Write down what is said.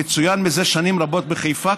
המצוין זה שנים רבות בחיפה,